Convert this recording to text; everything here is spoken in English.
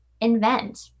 invent